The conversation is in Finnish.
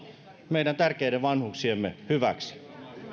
meidän tärkeiden vanhuksiemme hyväksi